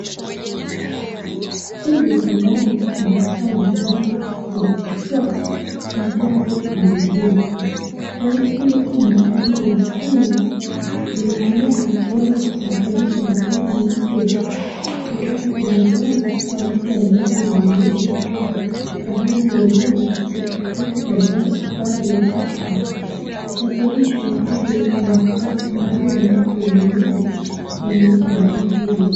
Hili ni gari kubwa sana, gari ya kuchukua magari mengine. Gari hili kubwa aina la Scania linatumika kuweza kusafirisha magari mapya kutoka kwenye pwani wakati ambapo zimeletwa kutoka mabara zingine kufika kwa bara la Afrika, kusafirishwa hadi mahali ambapo wenyewe wanunuzi wa gari hizi wako.